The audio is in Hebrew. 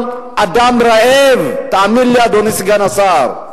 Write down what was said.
אדם רעב, תאמין לי, אדוני סגן השר,